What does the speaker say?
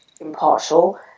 impartial